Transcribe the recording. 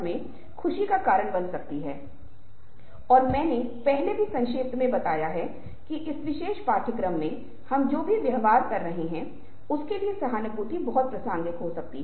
और शक्ति संबंध भी उसी से संबंधित हो जाता है क्योंकि आप बाहर दोस्त हो सकते हैं लेकिन किसी विशेष संदर्भ में एक औपचारिक रूप से दूसरे से बेहतर होता है